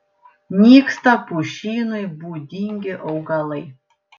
nyksta pušynui būdingi augalai